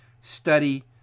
study